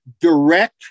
direct